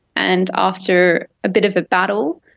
and after a bit of a battle,